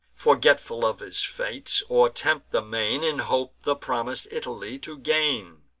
forgetful of his fates, or tempt the main, in hope the promis'd italy to gain.